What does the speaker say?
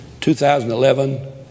2011